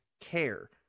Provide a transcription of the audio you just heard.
care